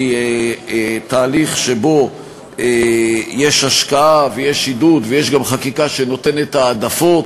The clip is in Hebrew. היא תהליך שבו יש השקעה ויש עידוד ויש גם חקיקה שנותנת העדפות